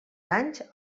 anys